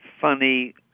funny